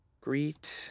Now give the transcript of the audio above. greet